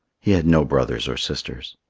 he had no brothers or sisters.